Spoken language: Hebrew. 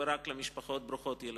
ורק למשפחות ברוכות ילדים.